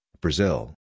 Brazil